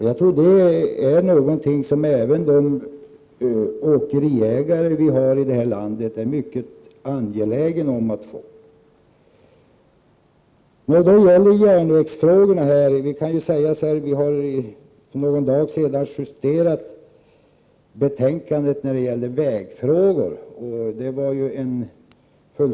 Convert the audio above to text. Jag tror att även landets åkeriägare är mycket angelägna om att EG-modellen skall genomföras. När det gäller järnvägen kan jag nämna att vi för någon dag sedan justerade betänkandet som behandlar vägfrågor.